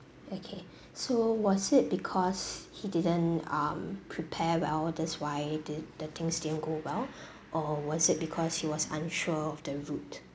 okay so was it because he didn't um prepare well that's why did the things didn't go well or was it because he was unsure of the route